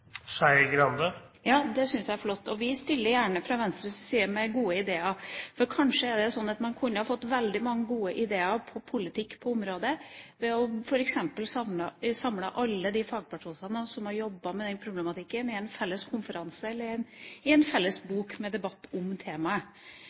Ja, det syns jeg er flott. Vi stiller gjerne fra Venstres side med gode ideer. Kanskje er det slik at man kunne fått veldig mange gode ideer om politikk på området ved f.eks. å samle alle de fagpersonene som har jobbet med denne problematikken, i en felles konferanse eller i en felles